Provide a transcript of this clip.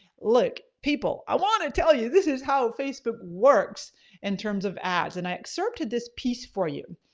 look people, i wanna tell you this is how facebook works in terms of ads and i excerpted this piece for you.